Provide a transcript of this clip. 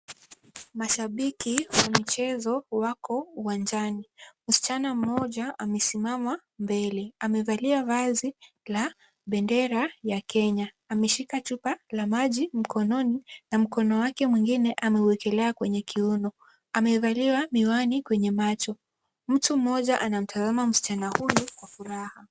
Mashabiki wa michezo wako uwanjani. Msichana mmoja amesimama mbele. Amevalia vazi la bendera ya Kenya. Ameshika chupa la maji mkononi na mkono wake mwingine ameuwekelea kwenye kiuno. Amevalia miwani kwenye macho. Mtu mmoja anamtazama msichana huyu kwa furaha.